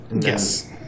Yes